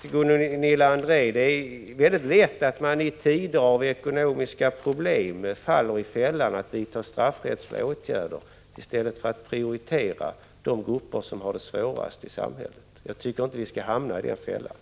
Till Gunilla André: Det är väldigt lätt att man i tider av ekonomiska problem faller i fällan och vidtar straffrättsliga åtgärder i stället för att prioritera de grupper som har det svårast i samhället. Jag tycker inte att vi skall hamna i den fällan.